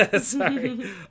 sorry